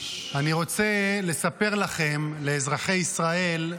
אני רוצה לספר לכם, לאזרחי ישראל,